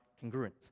congruent